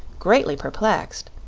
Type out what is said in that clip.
greatly perplexed.